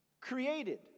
Created